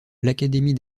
l’académie